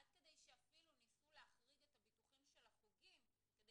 עד כדי שאפילו ניסו להחריג את הביטוחים של החוגים כדי